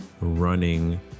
running